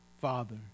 Father